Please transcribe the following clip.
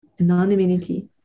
anonymity